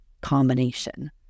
combination